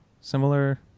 similar